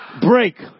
break